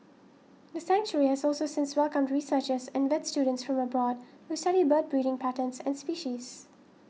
the sanctuary has also since welcomed researchers and vet students from abroad who study bird breeding patterns and species